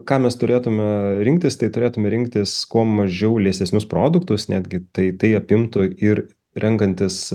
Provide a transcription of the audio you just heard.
ką mes turėtume rinktis tai turėtume rinktis kuo mažiau liesesnius produktus netgi tai apimtų ir renkantis